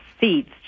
seeds